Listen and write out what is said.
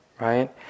right